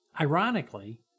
Ironically